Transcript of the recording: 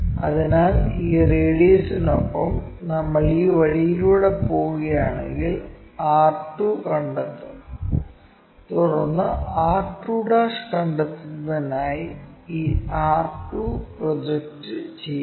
അതിനാൽ ഈ റേഡിയസ്നൊപ്പം നമ്മൾ ഈ വഴിയിലൂടെ പോകുകയാണെങ്കിൽ r2 കണ്ടെത്തും തുടർന്ന് r2' കണ്ടെത്തുന്നതിനായി ഈ r 2 പ്രൊജക്റ്റ് ചെയ്യുക